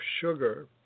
sugar